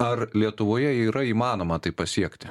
ar lietuvoje yra įmanoma tai pasiekti